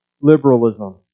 liberalism